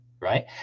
right